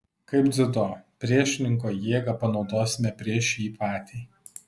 kaip dziudo priešininko jėgą panaudosime prieš jį patį